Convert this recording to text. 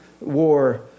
war